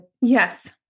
Yes